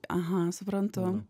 aha suprantu